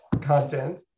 content